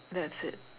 that's it